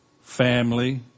family